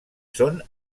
són